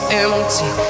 empty